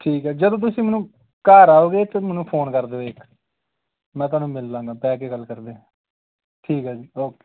ਠੀਕ ਹੈ ਜਦੋਂ ਤੁਸੀਂ ਮੈਨੂੰ ਘਰ ਆਓਗੇ ਤਾਂ ਮੈਨੂੰ ਫੋਨ ਕਰ ਦਿਓ ਇੱਕ ਮੈਂ ਤੁਹਾਨੂੰ ਮਿਲ ਲਵਾਂਗਾ ਬਹਿ ਕੇ ਗੱਲ ਕਰਦੇ ਠੀਕ ਹੈ ਜੀ ਓਕੇ